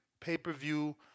pay-per-view